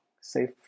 safe